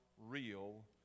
real